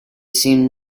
seen